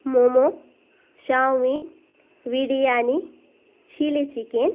momo chowmein biryani chilli chicken